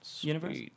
universe